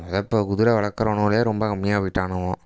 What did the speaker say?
மொதல் இப்போ குதிரை வளர்க்குறவனுகளே ரொம்ப கம்மியாக போய்விட்டானுவோ